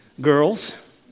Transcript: girls